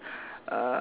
uh